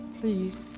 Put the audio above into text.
please